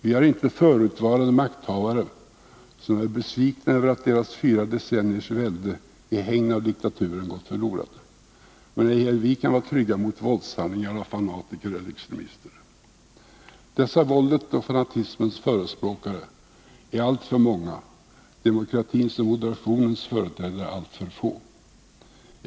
Vi har inte förutvarande makthavare som är besvikna över att deras fyra decenniers välde i hägn av diktaturen gått förlorad. Men ej heller vi kan vara trygga mot våldshandlingar av fanatiker eller extremister. Dessa våldets och fanatismens förespråkare är alltför många. Och demokratins och moderationens företrädare är alltför få.